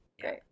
great